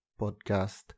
podcast